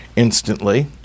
instantly